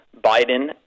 Biden